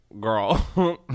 girl